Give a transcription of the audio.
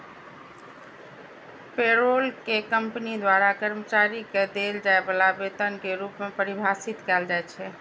payroll कें company द्वारा कर्मचारी कें देल जाय बला वेतन के रूप मे परिभाषित कैल जाइ छै